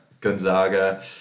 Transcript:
Gonzaga